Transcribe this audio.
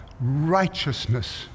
righteousness